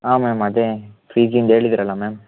ಹಾಂ ಮ್ಯಾಮ್ ಅದೇ ಫೀಜಿಂದು ಹೇಳಿದಿರಲ್ಲ ಮ್ಯಾಮ್